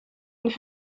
and